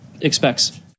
expects